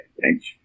thanks